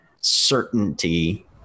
certainty